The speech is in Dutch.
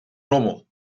rommel